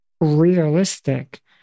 realistic